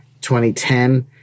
2010